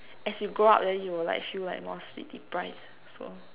as you grow up then you will like feel like more sleep-deprived so